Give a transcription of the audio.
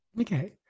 okay